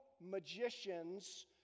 magicians